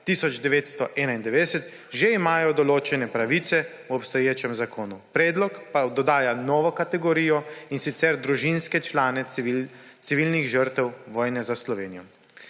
1991, že imajo določene pravice v obstoječem zakonu, predlog pa dodajo novo kategorijo, in sicer družinske člane civilnih žrtev vojne za Slovenijo.